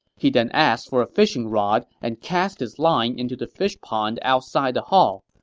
he then asked for a fishing rod and cast his line into the fish pond outside the hall.